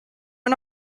one